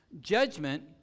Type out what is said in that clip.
Judgment